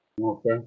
Okay